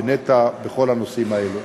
בנת"ע ובכל הנושאים האלה.